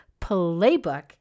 playbook